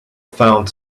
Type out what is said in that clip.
found